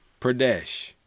Pradesh